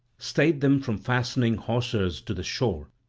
stayed them from fastening hawsers to the shore,